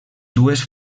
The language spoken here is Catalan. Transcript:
dues